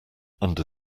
under